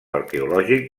arqueològic